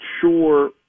sure